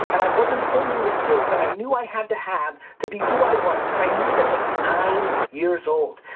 and i wasn't honing the skills that i knew i had to have to be who i was, and i knew this at nine years old,